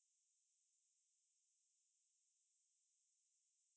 the no he he won't die lah but basically err